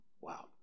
Wow